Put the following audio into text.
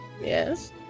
Yes